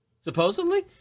supposedly